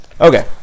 okay